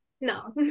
No